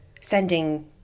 sending